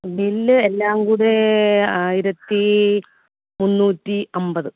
bill എല്ലാം കൂടെ ആയിരത്തി മുന്നൂറ്റി അൻപത്